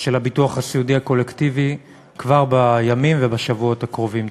של הביטוח הסיעודי הקולקטיבי כבר בימים ובשבועות הקרובים.